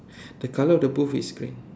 the color of the booth is green